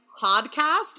podcast